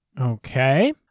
Okay